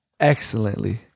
Excellently